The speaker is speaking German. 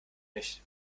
nicht